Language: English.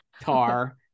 Tar